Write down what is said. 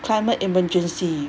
climate emergency